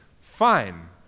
Fine